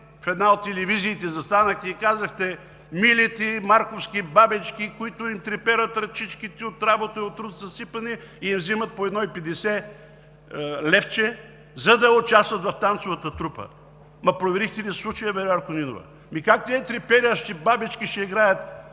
в една от телевизиите застанахте и казахте: „Милите марковски бабички, на които им треперят ръчичките – от работа и от труд са съсипани, вземат по 1,50 лв., за да участват в танцовата трупа.“ Проверихте ли случая, другарко Нинова? Ми как тези треперещи бабички ще играят